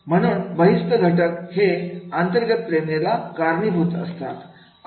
म्हणून बहिस्त घटक हे अंतर्गत प्रेरणेला कारणीभूत असतात